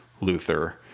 Luther